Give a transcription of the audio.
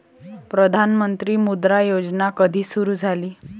प्रधानमंत्री मुद्रा योजना कधी सुरू झाली?